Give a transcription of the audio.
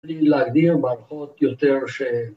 ‫בלי להגדיר במערכות יותר ש...